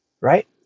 right